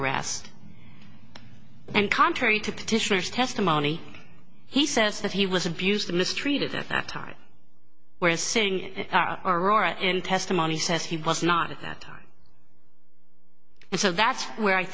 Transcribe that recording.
arrest and contrary to petitioners testimony he says that he was abused mistreated at that time whereas sitting in aurora in testimony says he was not at that time and so that's where i